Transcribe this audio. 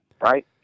Right